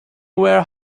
were